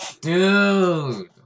Dude